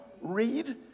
read